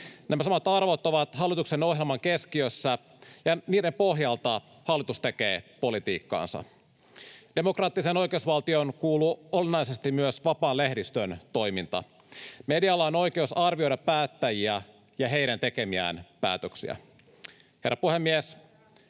Nämä samat arvot ovat hallituksen ohjelman keskiössä, ja niiden pohjalta hallitus tekee politiikkaansa. Demokraattiseen oikeusvaltioon kuuluu olennaisesti myös vapaan lehdistön toiminta. Medialla on oikeus arvioida päättäjiä ja heidän tekemiään päätöksiä. Herra puhemies!